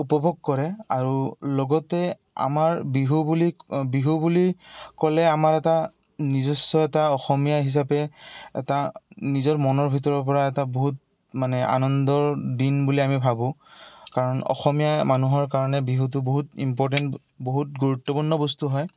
উপভোগ কৰে আৰু লগতে আমাৰ বিহু বুলি বিহু বুলি ক'লে আমাৰ এটা নিজস্ব এটা অসমীয়া হিচাপে এটা নিজৰ মনৰ ভিতৰৰ পৰা এটা বহুত মানে আনন্দৰ দিন বুলি আমি ভাবোঁ কাৰণ অসমীয়া মানুহৰ কাৰণে বিহুটো বহুত ইম্পৰ্টেণ্ট বহুত গুৰুত্বপূৰ্ণ বস্তু হয়